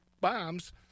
bombs